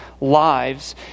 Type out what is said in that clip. lives